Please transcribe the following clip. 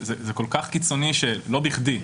זה כל כך קיצוני שלא בכדי.